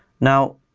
now,